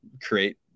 create